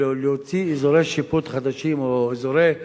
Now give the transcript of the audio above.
להוציא אזורי שיפוט חדשים, או אזורי